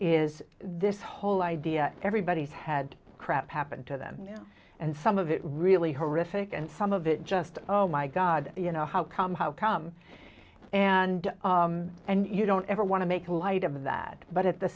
is this whole idea everybody's had crap happen to them and some of it really horrific and some of it just my god you know how come how come and and you don't ever want to make light of that but at the